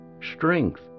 strength